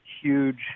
Huge